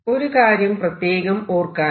ഒരു കാര്യം പ്രത്യേകം ഓർക്കാനുണ്ട്